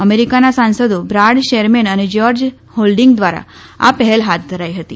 અમેરિકાના સાંસદો Brad Sherman અને જ્યોજ્ઠ હોલ્ડિંગ દ્વારા આ પહેલ હાથ ધરાઈ હતી